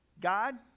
God